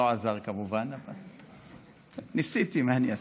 לא עזר, כמובן, אבל ניסיתי, מה אני אעשה?